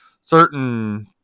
certain